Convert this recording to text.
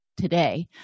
today